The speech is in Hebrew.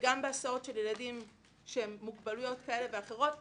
וגם בהסעות של ילדים עם מוגבלויות כאלה ואחרות,